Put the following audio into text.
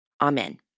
Amen